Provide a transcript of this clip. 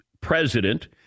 president